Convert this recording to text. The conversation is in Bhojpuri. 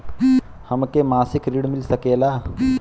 हमके मासिक ऋण मिल सकेला?